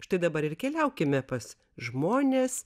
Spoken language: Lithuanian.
štai dabar ir keliaukime pas žmones